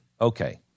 Okay